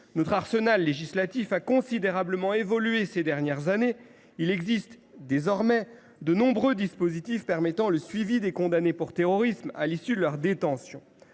Notre arsenal législatif a considérablement évolué ces dernières années ; il existe désormais de nombreux dispositifs permettant le suivi des condamnés pour terrorisme à l’issue de leur détention.